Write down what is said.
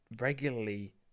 regularly